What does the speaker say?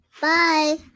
Bye